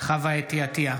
חוה אתי עטייה,